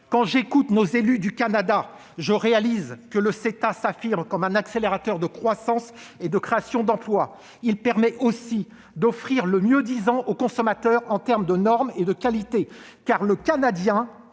Quand j'écoute nos élus du Canada, je réalise que le CETA s'affirme comme un accélérateur de croissance et de création d'emplois. Il permet aussi d'offrir le mieux-disant au consommateur en termes de normes et de qualité, car le Canadien